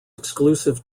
exclusive